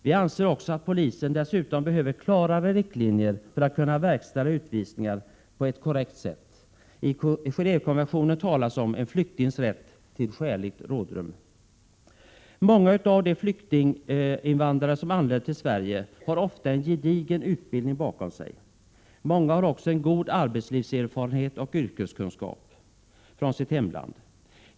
Vi anser också att polisen dessutom behöver klarare riktlinjer för att kunna verkställa utvisningar på ett korrekt sätt. I Genåvekonventionen talas om en flyktings rätt till ”skäligt rådrum”. Många av de flyktinginvandrare som anländer till Sverige har en gedigen utbildning bakom sig. Många har också en god arbetslivserfarenhet och yrkeskunskap från sitt hemland.